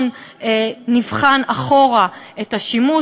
ורבעון נבחן אחורה את השימוש,